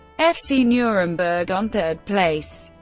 fc nurnberg on third place.